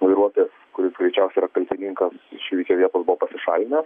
vairuotojas kuris greičiausia yra kaltininkas iš įvykio vietos buvo pasišalinęs